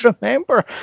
remember